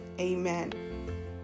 amen